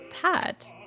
Pat